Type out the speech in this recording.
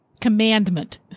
commandment